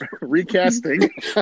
recasting